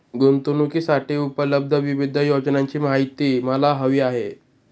गुंतवणूकीसाठी उपलब्ध विविध योजनांची माहिती मला हवी आहे